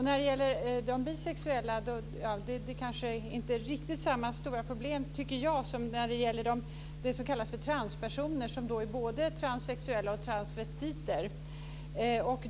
När det gäller de bisexuella så kanske det inte är riktigt lika stora problem som när det gäller de som kallas för transpersoner, och som är både transsexuella och transvestiter.